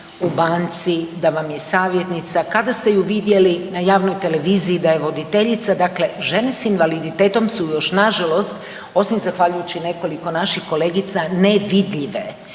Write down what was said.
u banci, da vam je savjetnica, kada ste ju vidjeli na javnoj televiziji da je voditeljica. Dakle, žene sa invaliditetom su još nažalost, osim zahvaljujući nekoliko naših kolegica nevidljive.